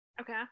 okay